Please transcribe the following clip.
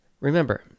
Remember